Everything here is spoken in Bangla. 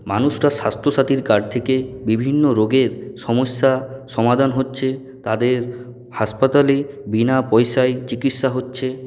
মানুষ তার স্বাস্থ্যসাথীর কার্ড থেকে বিভিন্ন রোগের সমস্যা সমাধান হচ্ছে তাদের হাসপাতালে বিনা পয়সায় চিকিৎসা হচ্ছে